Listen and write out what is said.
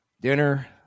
Dinner